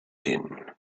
din